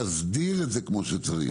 להסדיר את זה כמו שצריך.